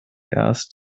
erst